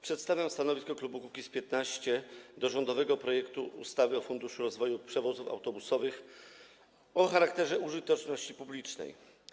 Przedstawiam stanowisko klubu Kukiz’15 wobec rządowego projektu ustawy o Funduszu rozwoju przewozów autobusowych o charakterze użyteczności publicznej.